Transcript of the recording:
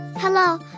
Hello